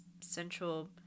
central